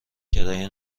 کرایه